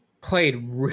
played